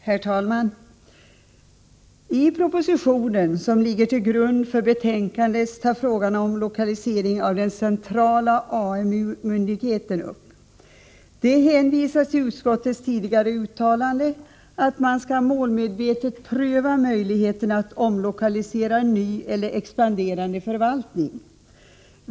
Herr talman! I propositionen som ligger till grund för arbetsmarknadsutskottets betänkande 9 behandlas frågan om lokalisering av den centrala AMU-myndigheten. Det hänvisas till utskottets tidigare uttalande att man målmedvetet skall pröva möjligheterna att utlokalisera ny eller expanderande förvaltning.